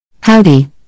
Howdy